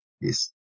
yes